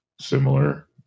similar